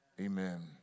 Amen